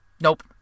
nope